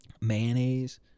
Mayonnaise